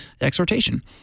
exhortation